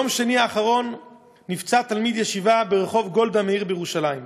ביום שני האחרון נפצע תלמיד ישיבה ברחוב גולדה מאיר בירושלים,